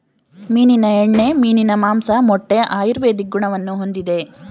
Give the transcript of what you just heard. ಮೀನಿನ ಎಣ್ಣೆ, ಮೀನಿನ ಮಾಂಸ, ಮೊಟ್ಟೆ ಆಯುರ್ವೇದಿಕ್ ಗುಣವನ್ನು ಹೊಂದಿದೆ